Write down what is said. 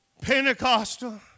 Pentecostal